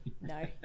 no